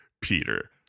Peter